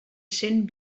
cent